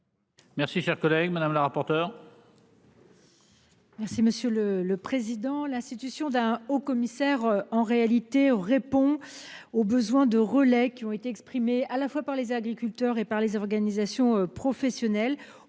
Merci cher collègue madame la rapporteure.